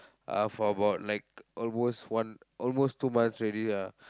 uh for about like almost one almost two months already lah